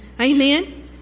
Amen